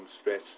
stress